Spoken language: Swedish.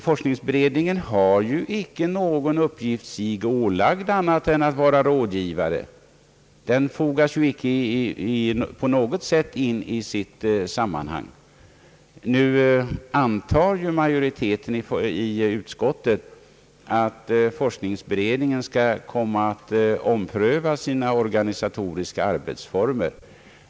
Forskningsberedningen har ju ingen annan uppgift sig ålagd än att vara rådgivare; den fogas inte på något sätt in i sitt sammanhang. Nu antar majoriteten i utskottet, att forskningsberedningen skall komma att ompröva sina organisatoriska arbetsformer.